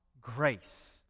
grace